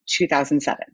2007